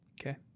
Okay